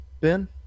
Ben